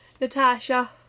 Natasha